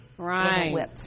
right